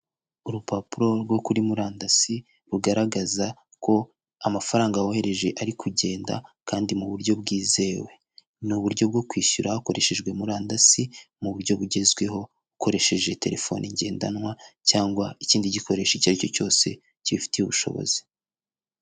Urupapuro rwo kuri murandasi rugaragaza ko amafaranga wohereje ari kugenda kandi mu buryo bwizewe. Ni uburyo bwo kwishyura hakoreshejwe murandasi, mu buryo bugezweho ukoresheje telefone ngendanwa cyangwa ikindi gikoresho icyo ari cyo cyose kibifitiye ubushobozi.